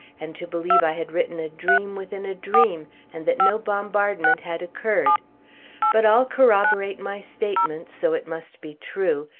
and to believe i had written a dream within a dream, and that no bombardment had occurred but all corroborate my statement, so it must be true,